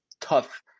tough